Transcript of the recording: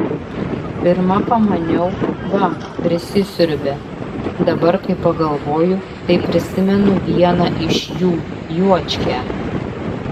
pirma pamaniau va prisisiurbė dabar kai pagalvoju tai prisimenu vieną iš jų juočkę